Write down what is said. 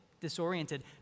Disoriented